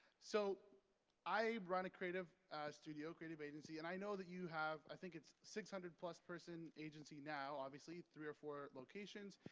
so i run a creative studio, a creative agency, and i know that you have, i think it's six hundred plus person agency now, obviously. three or four locations.